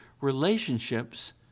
relationships